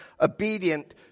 obedient